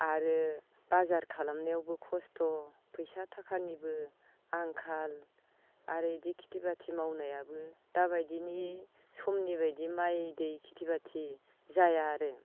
आरो बाजार खालामनायावबो खस्थ' फैसा थाखानिबो आंखाल आरो इदि खिथि बाथि मावनायाबो दाबायदिनि समनि बायदि माइ दै खिथि बाथि जाया आरो